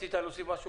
רצית להוסיף משהו?